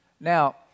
Now